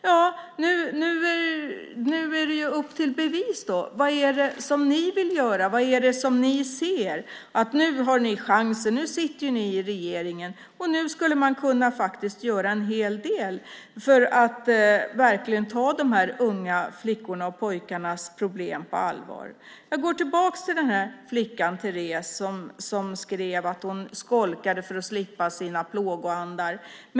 Nu är det upp till bevis. Vad är det ni vill göra? Vad är det ni ser? Nu har ni chansen. Nu sitter ni i regeringen och skulle faktiskt kunna göra en hel del för att verkligen ta de här unga flickornas och pojkarnas problem på allvar. Jag går tillbaka till flickan Therese som skrev att hon skolkade för att slippa sina plågoandar.